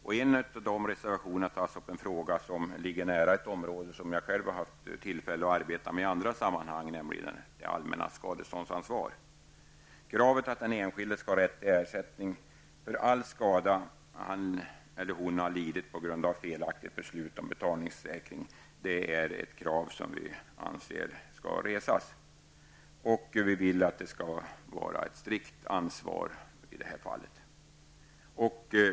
I en av de reservationerna tar man upp en fråga som ligger nära ett område som jag själv har haft tillfälle att arbeta med i andra sammanhang, nämligen det allmännas skadeståndsansvar. Kravet att den enskilde skall ha rätt till ersättning för all skada han eller hon har lidit på grund av felaktigt beslut om betalningssäkring bör enligt vår uppfattning resas. Vi vill att det i det här fallet skall vara fråga om ett strikt ansvar.